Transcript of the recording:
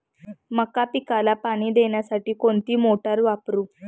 मका पिकाला पाणी देण्यासाठी कोणती मोटार वापरू?